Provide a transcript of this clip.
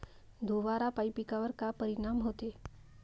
धुवारापाई पिकावर का परीनाम होते?